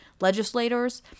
legislators